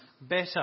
better